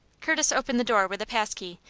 curtis opened the door with a pass-key,